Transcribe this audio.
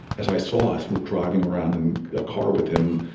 as i saw, sort of driving around in a car with him,